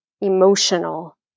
emotional